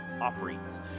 offerings